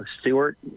Stewart